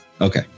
okay